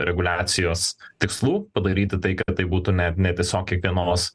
reguliacijos tikslų padaryti tai kad tai būtų ne ne viso o kiekvienos